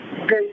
Okay